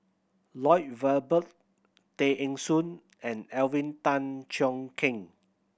Lloyd Valberg Tay Eng Soon and Alvin Tan Cheong Kheng